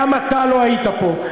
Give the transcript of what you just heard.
גם אתה לא היית פה,